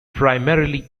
primarily